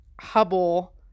Hubble